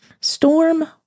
Storm